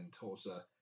Tulsa